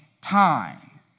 time